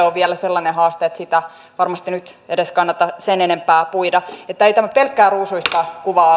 on vielä sellainen haaste ettei sitä varmasti nyt kannata enempää puida että ei tämä pelkkää ruusuista kuvaa